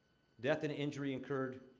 death and injury incurred